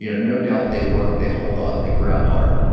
you know no doubt they work. they hold on, they grab hard,